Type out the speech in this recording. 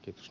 kiitos